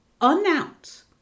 announce